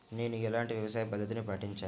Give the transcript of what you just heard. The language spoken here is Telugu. నేను ఎలాంటి వ్యవసాయ పద్ధతిని పాటించాలి?